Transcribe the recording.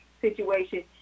situation